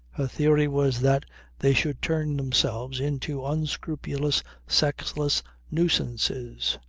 her theory was that they should turn themselves into unscrupulous sexless nuisances.